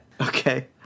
Okay